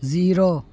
zero